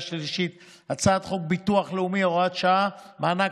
השלישית את הצעת חוק ביטוח לאומי (הוראת שעה) (מענק